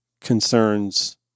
concerns